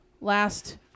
last